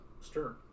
stir